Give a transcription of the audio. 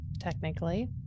technically